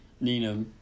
Nina